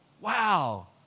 Wow